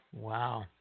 Wow